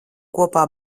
kopā